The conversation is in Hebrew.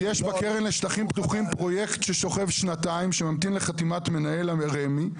יש בקרן לשטחים פתוחים פרויקט ששוכב שנתיים שממתין לחתימת מנהל רמ"י,